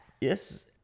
Yes